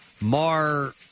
Mar